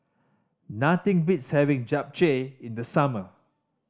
nothing beats having Japchae in the summer